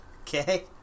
Okay